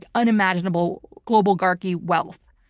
unimaginable global-garchy wealth.